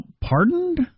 pardoned